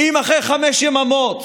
ואם אחרי חמש יממות